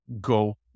go